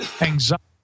anxiety